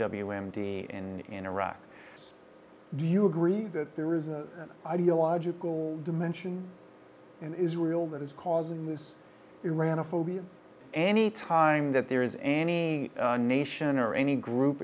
d in in iraq do you agree that there is an ideological dimension in israel that is causing this iran a phobia any time that there is an e a nation or any group